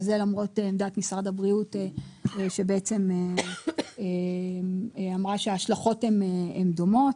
זו למרות עמדת משרד הבריאות שבעצם אמרה שההשלכות הן דומות.